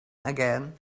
again